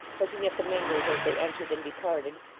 looking at the members as they entered and departed,